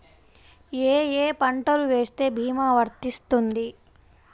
ఏ ఏ పంటలు వేస్తే భీమా వర్తిస్తుంది?